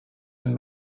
and